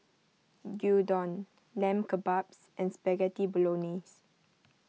Gyudon Lamb Kebabs and Spaghetti Bolognese